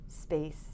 Space